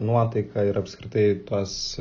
nuotaiką ir apskritai tuos